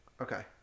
Okay